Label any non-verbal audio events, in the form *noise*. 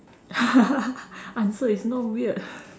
*laughs* answer is not weird *breath*